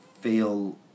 feel